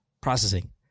Processing